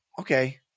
okay